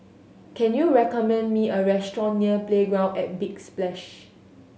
can you recommend me a restaurant near Playground at Big Splash